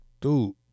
dude